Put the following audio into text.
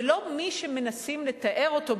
ולא מי שמנסים לתאר אותו,